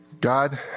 God